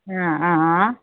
अँ अँ अँ